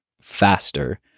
faster